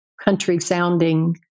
country-sounding